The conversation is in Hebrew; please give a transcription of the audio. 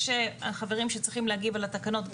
יש חברים שצריכים להגיב על התקנות,